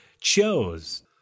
chose